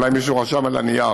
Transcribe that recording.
אולי מישהו רשם על הנייר.